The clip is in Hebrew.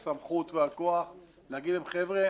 את הסמכות והכוח להגיד להם: חבר'ה,